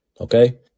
okay